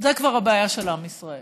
זו כבר הבעיה של עם ישראל.